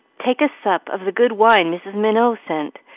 take a sup of the good wine mrs. minot sent,